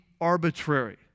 arbitrary